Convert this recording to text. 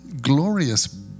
glorious